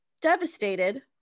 Devastated